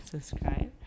Subscribe